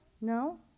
No